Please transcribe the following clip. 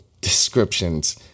descriptions